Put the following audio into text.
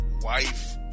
wife